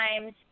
times